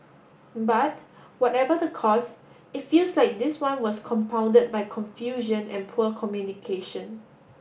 but whatever the cause it feels like this one was compounded by confusion and poor communication